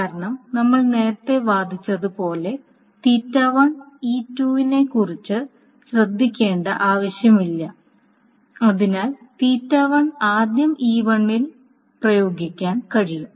കാരണം നമ്മൾ നേരത്തെ വാദിച്ചതുപോലെ E2 നെക്കുറിച്ച് ശ്രദ്ധിക്കേണ്ട ആവശ്യമില്ല അതിനാൽ ആദ്യം E 1 ൽ പ്രയോഗിക്കാൻ കഴിയും